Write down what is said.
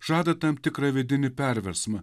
žada tam tikrą vidinį perversmą